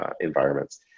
environments